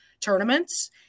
tournaments